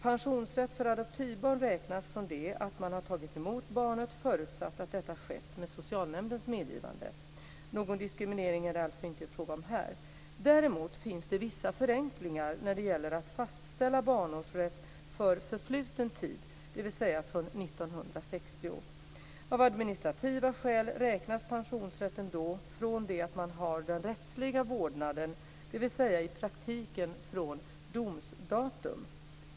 Pensionsrätt för adoptivbarn räknas från det att man har tagit emot barnet, förutsatt att detta skett med socialnämndens medgivande. Någon diskriminering är det alltså inte fråga om här. Däremot finns det vissa förenklingar när det gäller att fastställa barnårsrätt för förfluten tid, dvs. från 1960. Av administrativa skäl räknas pensionsrätten då från det att man har den rättsliga vårdnaden, dvs. i praktiken från domsdatum.